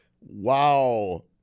wow